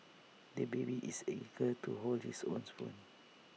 the baby is eager to hold his own spoon